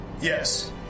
Yes